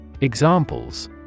Examples